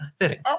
Fitting